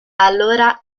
allora